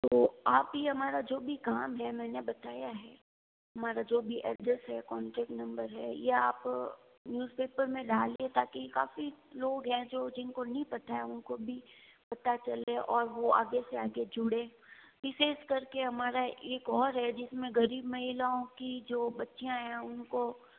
तो आप ये हमारा जो भी काम है मैंने बताया है हमारा जो भी एड्रेस है कॉन्टेक्ट नंबर है या आप न्यूजपेपर में डालिए ताकि काफ़ी लोग हैं जो जिन को नहीं पता है उनको भी पता चले और वो आगे से आगे जुड़ें विशेष कर के हमारा एक और है जिस में ग़रीब महिलाओं की जो बच्चियाँ हैं उनको